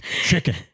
Chicken